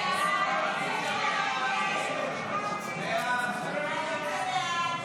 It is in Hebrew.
סעיף 6, כהצעת הוועדה,